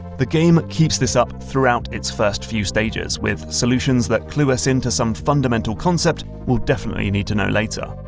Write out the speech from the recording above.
the game keeps this up throughout its first few stages, with solutions that clue us in to some fundamental concept we'll definitely need to know later.